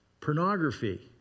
pornography